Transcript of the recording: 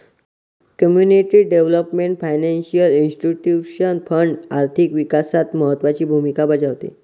community development financial institution fund आर्थिक विकासात महत्त्वाची भूमिका बजावते